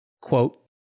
Quote